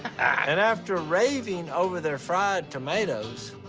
and after raving over their fried tomatoes,